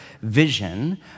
vision